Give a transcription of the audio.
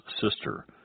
sister